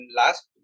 last